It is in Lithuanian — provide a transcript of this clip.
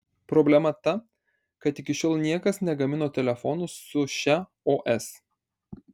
problema ta kad iki šiol niekas negamino telefonų su šia os